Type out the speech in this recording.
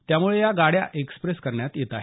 त्यामुळे या गाड्या एक्सप्रेस करण्यात येत आहेत